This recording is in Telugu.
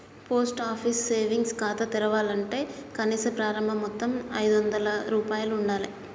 పోస్ట్ ఆఫీస్ సేవింగ్స్ ఖాతా తెరవాలంటే కనీస ప్రారంభ మొత్తం ఐదొందల రూపాయలు ఉండాలె